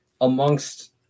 amongst